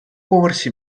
поверсі